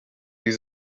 die